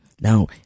Now